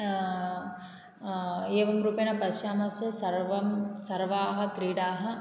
एवं रूपेण पश्यामश्चेत् सर्वं सर्वाः क्रीडाः